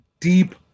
deep